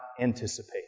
anticipate